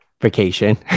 vacation